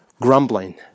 grumbling